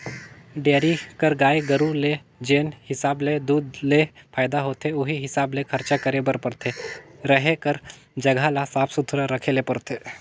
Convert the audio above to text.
dairy कर गाय गरू ले जेन हिसाब ले दूद ले फायदा होथे उहीं हिसाब ले खरचा करे बर परथे, रहें कर जघा ल साफ सुथरा रखे ले परथे